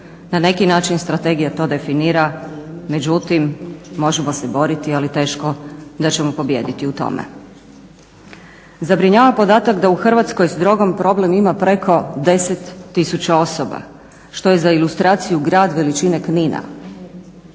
Na neki način strategija to definira, međutim možemo se boriti ali teško da ćemo pobijediti u tome. Zabrinjava podatak da u Hrvatskoj s drogom problem ima preko 10 tisuća osoba što je za ilustraciju grad veličine Knina.